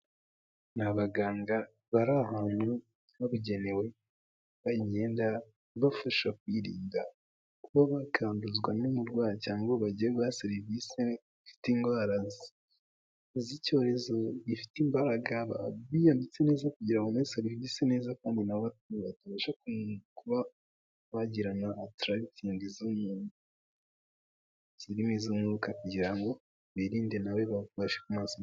Ni abaganga bari ahantu habugenewe bambaye imyenda ibafasha kwirinda kuba bakanduzwa n'umurwayi ngo bage guha serivisi bafite indwara z'icyorezo gifite imbaraga biyanditse neza kugira muri serivisi neza kandi na kuba bagirana atarakitingi zo zimo iz'umwuka kugira ngo birinde na bafashe kumuzi.